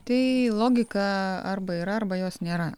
tai logika arba yra arba jos nėra